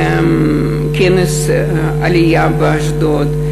כנס עלייה באשדוד.